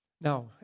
Now